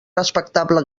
respectable